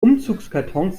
umzugskartons